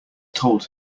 told